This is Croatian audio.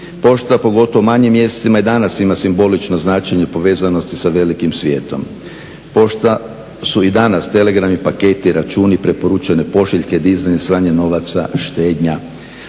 Pošta pogotovo u manjim mjestima i danas ima simbolično značenje povezanosti sa velikim svijetom. Pošta su i danas telegrami, paketi, računi, preporučene pošiljke, dizanje, slanje novaca, štednja.